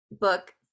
book